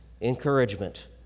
encouragement